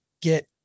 get